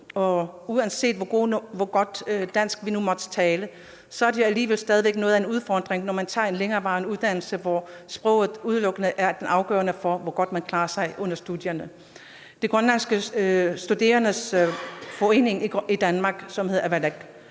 og uanset hvor godt dansk vi nu måtte tale, er det alligevel stadig noget af en udfordring at tage en længerevarende uddannelse, hvor sproget udelukkende er afgørende for, hvor godt man klarer sig under studierne. De grønlandske studerendes forening i Danmark, som hedder Avalak,